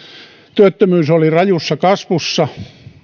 työttömyys oli rajussa kasvussa